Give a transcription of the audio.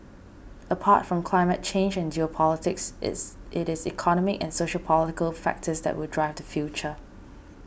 apart from climate change and geopolitics is it is economic and sociopolitical factors that will drive the future